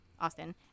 Austin